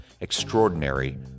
Extraordinary